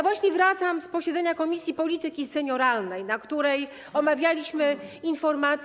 Właśnie wracam z posiedzenia Komisji Polityki Senioralnej, na którym omawialiśmy informację.